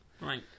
right